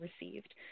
received